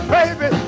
Baby